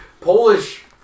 Polish